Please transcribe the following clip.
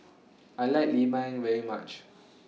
I like Lemang very much